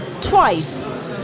twice